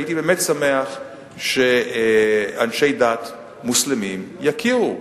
הייתי באמת שמח שאנשי דת מוסלמים יכירו,